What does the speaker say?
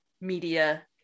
media